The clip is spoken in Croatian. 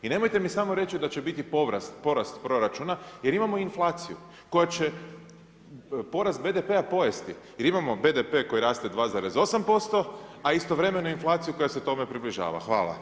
I nemojte mi samo reći da će biti porast proračuna jer imamo inflaciju koja će porast BDP-a pojesti jer imamo BDP koji raste 2,8%, a istovremenu inflaciju koja se tome približava.